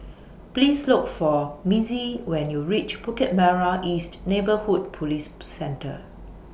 Please Look For Mitzi when YOU REACH Bukit Merah East Neighbourhood Police Centre